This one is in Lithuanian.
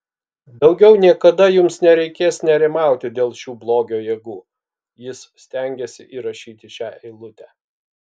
daugiau niekada jums nereikės nerimauti dėl šių blogio jėgų jis stengėsi įrašyti šią eilutę